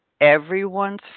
everyone's